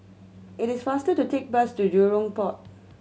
it is faster to take bus to Jurong Port